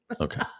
Okay